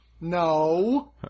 No